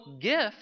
gift